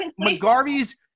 McGarvey's